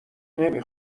نمی